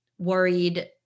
Worried